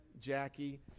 Jackie